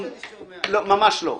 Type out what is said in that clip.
זה מה שאני שומע --- ממש לא.